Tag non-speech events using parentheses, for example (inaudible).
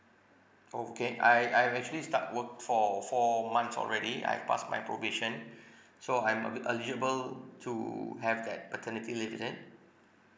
okay I I've actually start work for four months already I've passed my probation (breath) so I'm a bit eligible to have that paternity leave is it